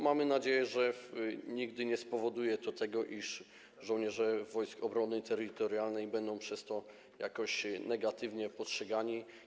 Mamy nadzieję, że nigdy nie spowoduje to tego, iż żołnierze Wojsk Obrony Terytorialnej będą przez to jakoś negatywnie postrzegani.